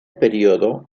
periodo